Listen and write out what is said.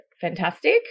fantastic